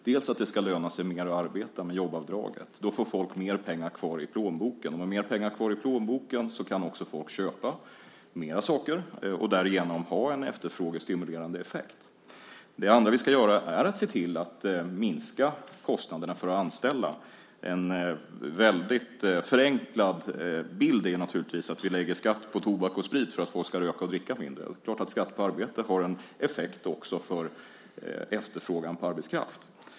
Med jobbavdraget ska det löna sig mer att arbeta. Då får folk mer pengar kvar i plånboken. Med mer pengar kvar i plånboken kan också folk köpa mer saker och därigenom ha en efterfrågestimulerande effekt. Det andra vi ska göra är att se till att minska kostnaderna för att anställa. En väldigt förenklad bild är naturligtvis att vi lägger skatt på tobak och sprit för att folk ska röka och dricka mindre. Det är klart att skatt på arbete har en effekt också för efterfrågan på arbetskraft.